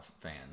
fans